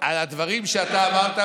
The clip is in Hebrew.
על הדברים שאתה אמרת.